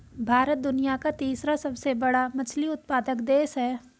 भारत दुनिया का तीसरा सबसे बड़ा मछली उत्पादक देश है